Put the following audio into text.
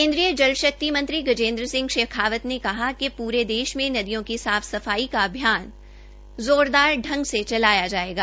केन्द्रीय जल शक्ति मंत्री गजेन्द्र सिंह शेखावत ने कहा है कि पूरे देश में नदियों की साफ सफाई का अभियान जोर शोर से चलाया जायेगा